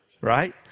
right